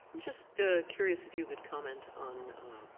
just curious if you could comment on